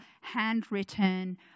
handwritten